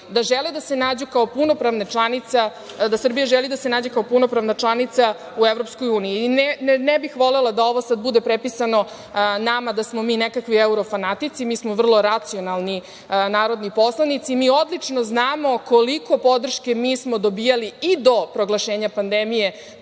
ove zemlje su odlučili da Srbija želi da se nađe kao punopravna članica u Evropskoj uniji. Ne bih volela da ovo sad bude pripisano nama da smo mi nekakvi evro-fanatici, mi smo vrlo racionalni narodni poslanici i mi odlično znamo koliko podrške smo dobijali i do proglašenja pandemije